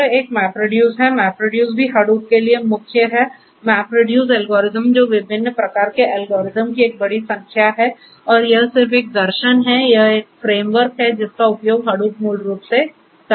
यह एक MapReduce है MapReduce भी Hadoop के लिए मुख्य है MapReduce एल्गोरिदम जो विभिन्न प्रकार के एल्गोरिदम की एक बड़ी संख्या है और यह सिर्फ एक दर्शन है यह एक फ्रेमवर्क है जिसका उपयोग Hadoop मूल रूप से करता है